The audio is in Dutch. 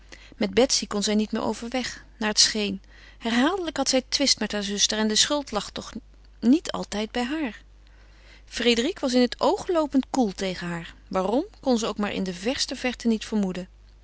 met betsy kon zij niet meer overweg naar het scheen herhaaldelijk had zij twist met haar zuster en de schuld lag toch niet altijd bij haar frédérique was in het oog loopend koel tegen haar waarom kon ze ook maar in de verste verte niet vermoeden